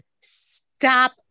stop